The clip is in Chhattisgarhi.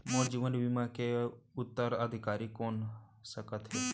मोर जीवन बीमा के उत्तराधिकारी कोन सकत हे?